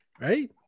right